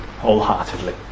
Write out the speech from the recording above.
wholeheartedly